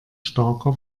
starker